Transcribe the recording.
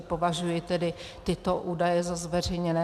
Považuji tedy tyto údaje za zveřejněné.